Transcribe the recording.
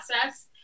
process